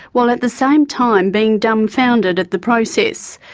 while at the same time being dumbfounded at the process.